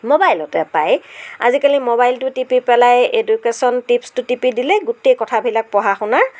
মোবাইলতে পাই আজিকালি মোবাইলটো টিপি পেলাই এডুকেশ্বন টিপছটো টিপি দিলেই গোটেই কথাবিলাক পঢ়া শুনাৰ